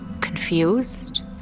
confused